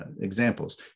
examples